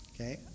Okay